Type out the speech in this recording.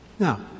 Now